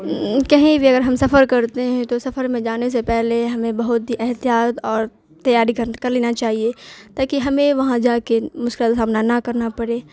کہیں بھی اگر ہم سفر کرتے ہیں تو سفر میں جانے سے پہلے ہمیں بہت ہی احتیاط اور تیاری کر کر لینا چاہیے تاکہ ہمیں وہاں جا کے مشکل کا سامنا نہ کرنا پڑے